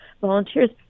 volunteers